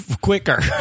quicker